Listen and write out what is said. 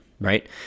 right